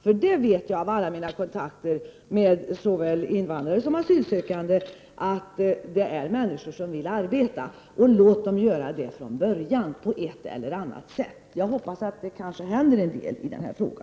Jag vet nämligen efter alla mina kontakter med såväl invandrare som asylsökande att dessa människor vill arbeta. Låt dem göra det från början på ett eller annat sätt. Jag hoppas att det kanske händer en del i denna fråga.